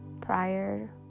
prior